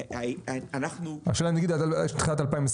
אנחנו --- השאלה אם נגיד עד תחילת 2024